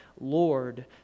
Lord